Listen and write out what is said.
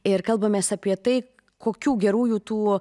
ir kalbamės apie tai kokių gerųjų tų